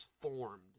formed